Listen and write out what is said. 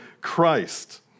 Christ